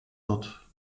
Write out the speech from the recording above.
dort